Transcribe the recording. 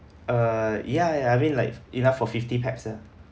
uh ya ya I mean like enough for fifty pax ah